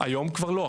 היום כבר לא.